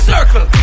Circle